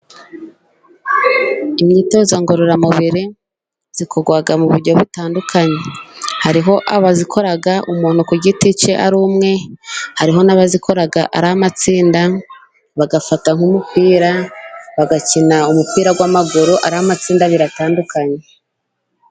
Imyitozo ngororamubiri ikorwa mu buryo butandukanye. Hariho abayikora umuntu ku giti cye ari umwe, hariho n'abayikora ari amatsinda, bagafatanya nk'umupira bagakina umupira w'amaguru, ari amatsinda abiri atandukanye.